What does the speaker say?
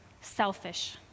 selfish